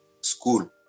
school